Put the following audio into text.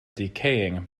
decaying